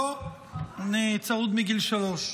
לא, אני צרוד מגיל שלוש.